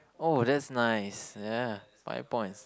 oh that's nice ya five points